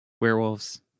Werewolves